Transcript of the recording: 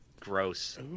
Gross